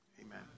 amen